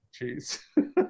Jeez